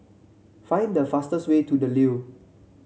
find the fastest way to The Leo